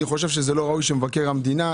אני חושב שזה לא ראוי שמבקר המדינה,